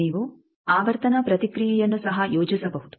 ನೀವು ಆವರ್ತನ ಪ್ರತಿಕ್ರಿಯೆಯನ್ನು ಸಹ ಯೋಜಿಸಬಹುದು